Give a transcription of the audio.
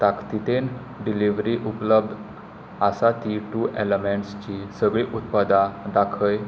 ताकतितेन delivery उपलब्द आसा ती टू एलमेंट्सची सगळीं उत्पादां दाखय